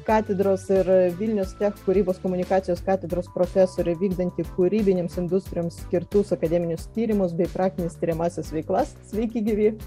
katedros ir vilnius tech kūrybos komunikacijos katedros profesorė vykdanti kūrybinėms industrijoms skirtus akademinius tyrimus bei praktines tiriamąsias veiklas sveiki gyvi